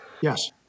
Yes